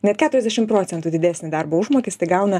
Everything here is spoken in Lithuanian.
net keturiasdešim procentų didesnį darbo užmokestį gauna